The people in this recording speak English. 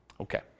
Okay